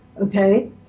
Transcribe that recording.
okay